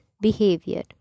behavior